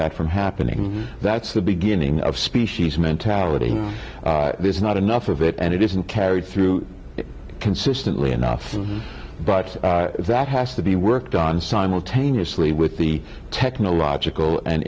that from happening that's the beginning of species mentality there's not enough of it and it isn't carried through consistently enough but that has to be worked on simultaneously with the technological and